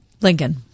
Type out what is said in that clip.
Lincoln